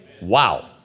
Wow